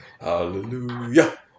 Hallelujah